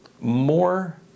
more